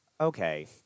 Okay